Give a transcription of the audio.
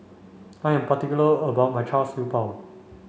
I am particular about my Char Siew Bao